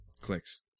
Clicks